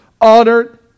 honored